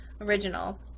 original